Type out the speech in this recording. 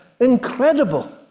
incredible